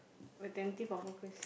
attentive or focus